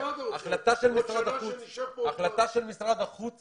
ההחלטה של משרד החוץ